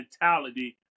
mentality